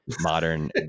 modern